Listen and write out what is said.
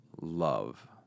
love